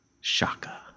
Shaka